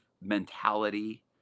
mentality